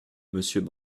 monsieur